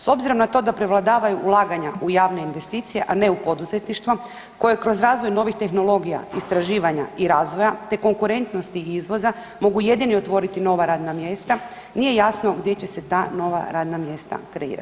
S obzirom na to da prevladaju ulaganja u javne investicije, a ne u poduzetništvo koje kroz razvoj novih tehnologija, istraživanja i razvoja te konkurentnosti izvoza mogu jedini otvoriti nova radna mjesta, nije jasno gdje će se ta nova radna mjesta kreirati.